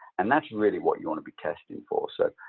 and that's really what you want to be testing for. so,